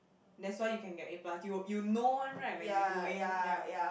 that's why you can get A plus you you know one right when you doing yea